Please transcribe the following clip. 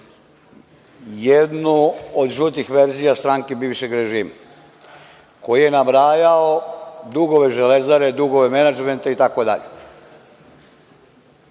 jednu od žutih verzija stranke bivšeg režima, koji je nabrajao dugove „Železare“, dugove menadžmenta, itd.